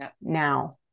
now